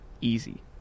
Easy